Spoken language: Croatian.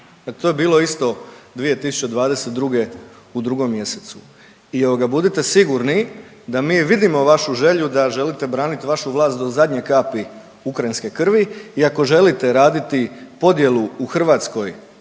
To je bilo isto 2022. u 2. mjesecu. I budite sigurni da mi vi vidimo vašu želju da želite branit vašu vlast do zadnje kapi ukrajinske krvi i ako želite raditi podjelu u Hrvatskoj